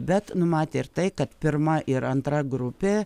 bet numatė ir tai kad pirma ir antra grupė